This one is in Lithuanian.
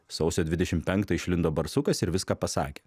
sausio dvidešim penktą išlindo barsukas ir viską pasakė